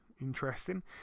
interesting